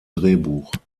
drehbuch